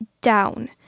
down